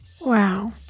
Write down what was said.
Wow